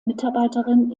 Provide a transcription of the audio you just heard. mitarbeiterin